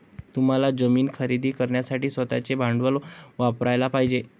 तुम्हाला जमीन खरेदी करण्यासाठी स्वतःचे भांडवल वापरयाला पाहिजे